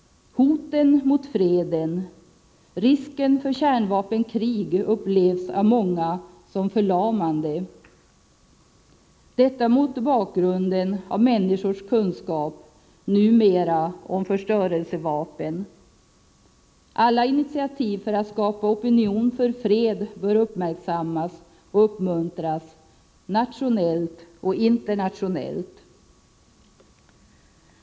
Hoten mot freden och risken för kärnvapenkrig upplevs av många som förlamande — detta mot bakgrunden av människors kunskap numera om förstörelsevapen. Alla initiativ för att skapa opinion för fred bör uppmärksammas och uppmuntras, nationellt och internationellt.